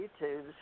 YouTubes